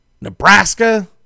Nebraska